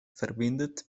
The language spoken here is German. verbindet